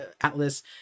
atlas